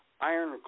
Iron